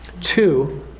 Two